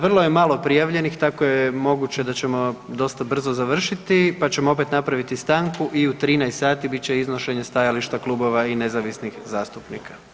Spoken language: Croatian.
Vrlo je malo prijavljenih tako je moguće da ćemo dosta brzo završiti pa ćemo opet napraviti stanku i u 13 sati bit će iznošenje stajališta klubova i nezavisnih zastupnika.